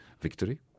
victory